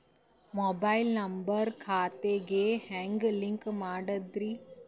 Mobile number ಖಾತೆ ಗೆ ಹೆಂಗ್ ಲಿಂಕ್ ಮಾಡದ್ರಿ?